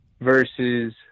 versus